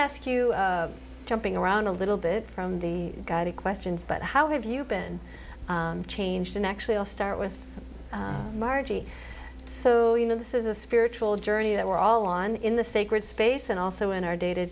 ask you jumping around a little bit from the gaiety questions but how have you been changed and actually i'll start with margie so you know this is a spiritual journey that we're all on in the sacred space and also in our day to